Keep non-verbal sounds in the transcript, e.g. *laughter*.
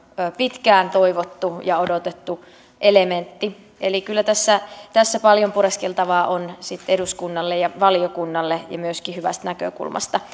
pitkään toivottu ja odotettu elementti eli kyllä tässä tässä paljon pureskeltavaa on sitten eduskunnalle ja valiokunnalle ja myöskin hyvästä näkökulmasta *unintelligible*